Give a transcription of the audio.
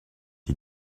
est